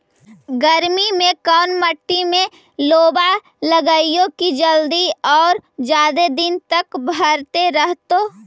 गर्मी में कोन मट्टी में लोबा लगियै कि जल्दी और जादे दिन तक भरतै रहतै?